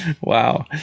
Wow